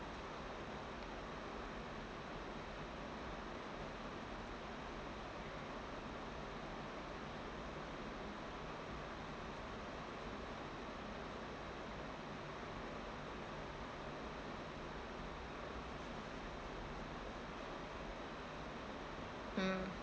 mm